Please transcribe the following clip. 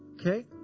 Okay